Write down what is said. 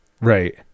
Right